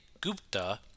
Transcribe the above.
Gupta